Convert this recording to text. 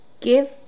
Give